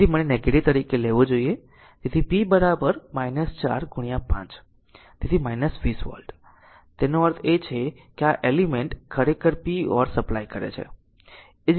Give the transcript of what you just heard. તેથી મને નેગેટીવ તરીકે લેવો જોઈએ તેથી p 4 5 તેથી 20 વોટ તેનો અર્થ એ છે કે આ એલિમેન્ટ ખરેખર p or સપ્લાય કરે છે